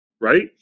Right